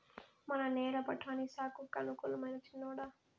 మన నేల బఠాని సాగుకు అనుకూలమైనా చిన్నోడా